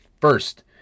First